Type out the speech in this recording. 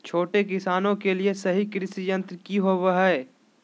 छोटे किसानों के लिए सही कृषि यंत्र कि होवय हैय?